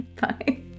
Bye